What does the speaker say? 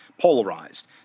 polarized